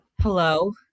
hello